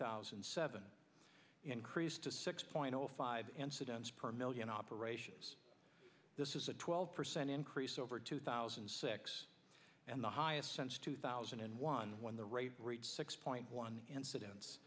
thousand and seven increased to six point zero five and sedans per million operations this is a twelve percent increase over two thousand and six and the highest since two thousand and one when the rate rate six point one incidence